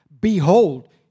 behold